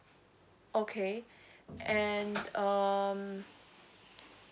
okay and um